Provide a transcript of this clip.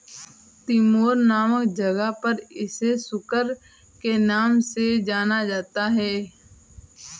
Timor नामक जगह पर इसे सुकर के नाम से जाना जाता है